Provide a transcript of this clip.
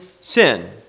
sin